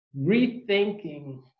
rethinking